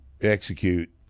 execute